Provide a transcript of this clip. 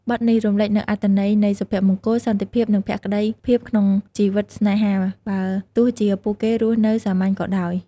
បទនេះរំលេចនូវអត្ថន័យនៃសុភមង្គល សន្តិភាព និងភក្តីភាពក្នុងជីវិតស្នេហា បើទោះជាពួកគេរស់នៅសាមញ្ញក៏ដោយ។